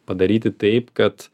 padaryti taip kad